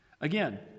Again